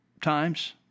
times